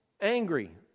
angry